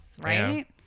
right